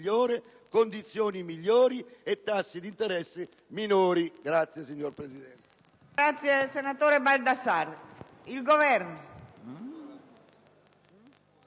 condizioni migliori e tassi d'interesse più